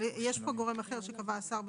אבל יש פה גורם אחר שקבע השר בצו,